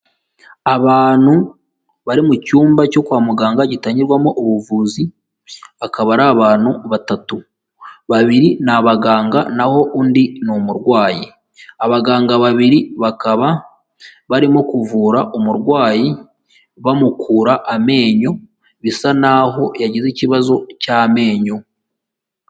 Abantu bari mu cyumba cyo kwa muganga gitangirwamo ubuvuzi, akaba ari abantu batatu babiri ni abaganga naho undi ni umurwayi, abaganga babiri bakaba barimo kuvura umurwayi bamukura amenyo bisa naho yagize ikibazo cy'amenyo.